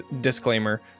disclaimer